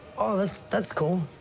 oh, that that's cool.